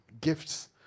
Gifts